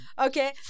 Okay